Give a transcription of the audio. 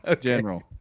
general